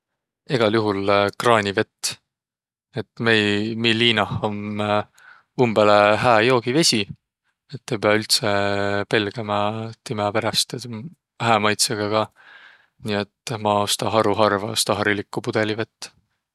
Egäl johol kraanivett, et meil, miiq liinah, om umbõlõ hää joogivesi, et ei piäq üldse pelgämä timä peräst, et om hää maitsõga ka. Nii, et maq osta haruharva osta harilikku pudõlivett.